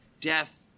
death